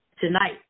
Tonight